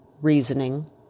reasoning